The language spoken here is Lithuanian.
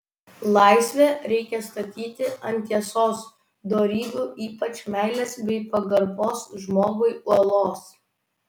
laisvę reikia statyti ant tiesos dorybių ypač meilės bei pagarbos žmogui uolos